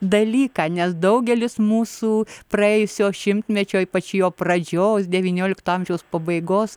dalyką nes daugelis mūsų praėjusio šimtmečio ypač jo pradžios devyniolikto amžiaus pabaigos